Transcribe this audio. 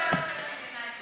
כל הבעיות של המדינה,